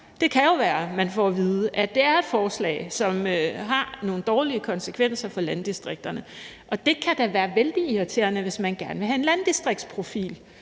Det kan jo være, at man får at vide, at det er et forslag, som har nogle dårlige konsekvenser for landdistrikterne, og det kan da være vældig irriterende, hvis man gerne vil have en landdistriktsprofil